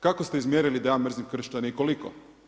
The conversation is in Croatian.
Kako ste izmjerili da ja mrzim kršćane i koliko?